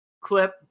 clip